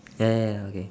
ya ya ya okay